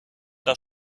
das